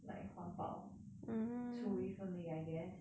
like 环保出一分力 I guess